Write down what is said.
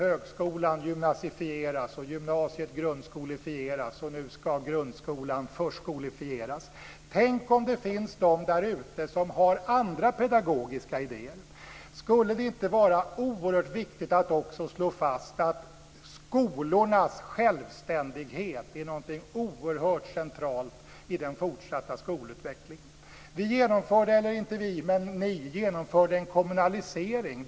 Högskolan gymnasifieras. Gymnasiet grundskolefieras och nu ska grundskolan förskolefieras. Men tänk om det finns de där ute som har andra pedagogiska idéer! Skulle det inte vara oerhört viktigt att också slå fast att skolornas självständighet är någonting oerhört centralt i den fortsatta skolutvecklingen? Ni genomförde en kommunalisering.